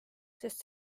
sest